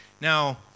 Now